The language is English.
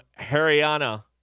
Haryana